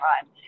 time